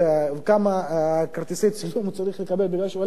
כמה כרטיסי צילום הוא צריך לקבל בגלל שהוא הלך למילואים,